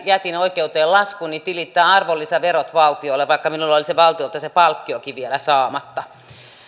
jätin oikeuteen laskuni tilittää arvonlisäverot valtiolle vaikka minulla oli valtiolta se palkkiokin vielä saamatta